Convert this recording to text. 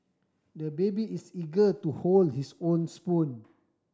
the baby is eager to hold his own spoon